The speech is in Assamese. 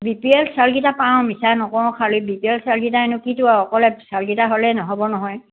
বি পি এল চাউলকেইটা পাওঁ মিছাই নকওঁঁ খালী বিপি এল চাউলকেইটা নো কিটো আৰু অকলে চাউলকেইটা হ'লে নহ'ব নহয়